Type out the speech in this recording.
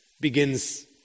begins